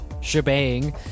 shebang